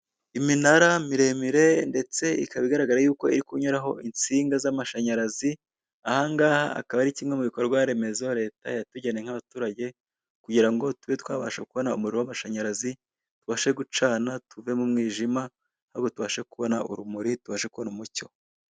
Iminara miremire ndetse ikaba igaragara yuko iri kunuraho insinga z'amashanyarazi ahangaha akaba ari kimwe mu bikorwaremezo leta yatugeneye nk'abaturage kugira ngo tube twabasha kubona umuriro w'amashanyarazi tubashe gucana tuve mu mwijima ahubwo tubashe kubona urumuri tubashe kubona umucyo.